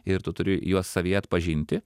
ir tu turi juos savyje atpažinti